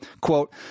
quote